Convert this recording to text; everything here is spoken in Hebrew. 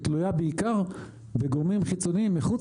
היא תלויה בעיקר בגורמים חיצוניים מחוץ